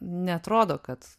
neatrodo kad